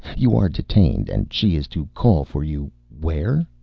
you are detained. and she is to call for you where?